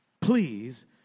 please